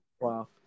Wow